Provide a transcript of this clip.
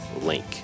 link